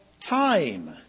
time